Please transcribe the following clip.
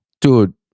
Dude